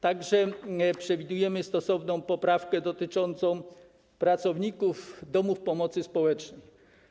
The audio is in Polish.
Także przewidujemy stosowną poprawkę dotyczącą pracowników domów pomocy społecznej.